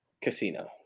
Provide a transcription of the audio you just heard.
casino